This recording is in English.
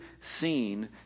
seen